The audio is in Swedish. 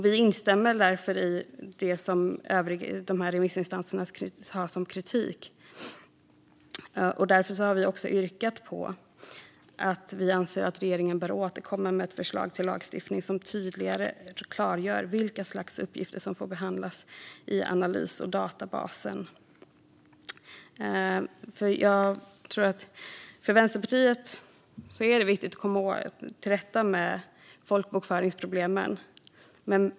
Vi instämmer därför i dessa remissinstansers kritik, och därför har vi också yrkat på att regeringen bör återkomma med ett förslag till lagstiftning som tydligare klargör vilka slags uppgifter som får behandlas i analys och urvalsdatabasen. För Vänsterpartiet är det viktigt att komma till rätta med folkbokföringsproblemen.